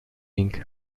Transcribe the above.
inc